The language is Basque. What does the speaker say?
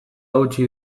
utzi